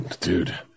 Dude